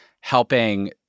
helping